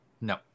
No